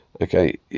okay